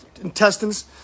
intestines